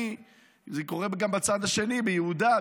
זה קורה גם בצד השני, ביהודה.